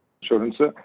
insurance